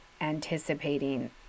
anticipating